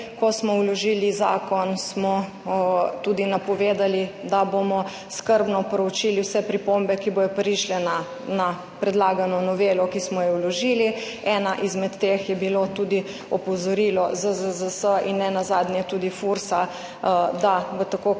Ko smo vložili zakon, smo tudi napovedali, da bomo skrbno proučili vse pripombe, ki bodo prišle na predlagano novelo, ki smo jo vložili, ena izmed teh je bilo tudi opozorilo ZZZS in nenazadnje tudi Fursa, da v tako kratkem